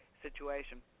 Situation